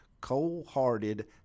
cold-hearted